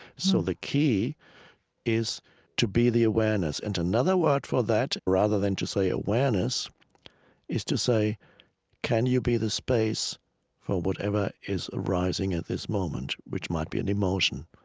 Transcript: so the key is to be the awareness. and another word for that rather than to say awareness is to say can you be the space of whatever is arising at this moment, which might be an emotion.